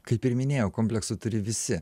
kaip ir minėjau kompleksų turi visi